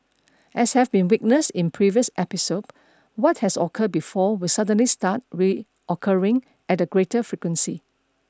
as have been witnessed in previous episode what has occurred before will suddenly start re occurring at a greater frequency